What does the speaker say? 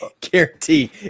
guarantee